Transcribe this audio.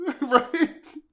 Right